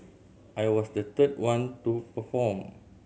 I was the third one to perform